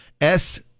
S-